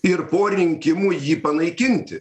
ir po rinkimų jį panaikinti